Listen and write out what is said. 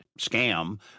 scam